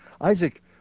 Isaac